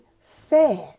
sad